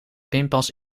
pinpas